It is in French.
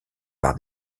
par